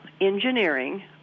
engineering